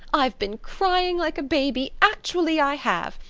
i've been crying like a baby, actually i have.